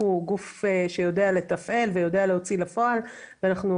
אנחנו גוף שיודע לתפעל ויודע להוציא לפועל, ואנחנו